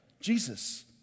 Jesus